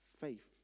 Faith